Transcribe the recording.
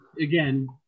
again